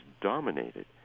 dominated